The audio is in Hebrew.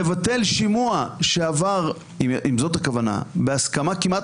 לבטל שימוע שעבר אם זאת הכוונה בהסכמה כמעט